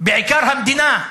בעיקר המדינה,